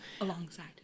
Alongside